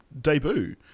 Debut